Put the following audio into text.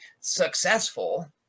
successful